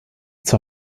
zur